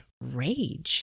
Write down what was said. rage